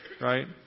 right